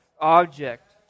object